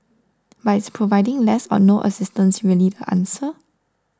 but is providing less but no assistance really the answer